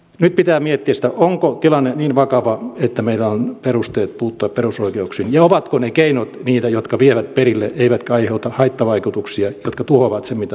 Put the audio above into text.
nyt pitää miettiä sitä onko tilanne niin vakava että meillä on perusteet puuttua perusoikeuksiin ja ovatko ne keinot niitä jotka vievät perille eivätkä aiheuta haittavaikutuksia jotka tuhoavat sen mitä tavoitellaan